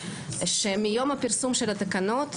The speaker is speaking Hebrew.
שמיום הפרסום של התקנות,